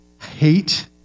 hate